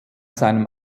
seinem